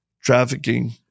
trafficking